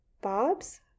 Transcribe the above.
Bob's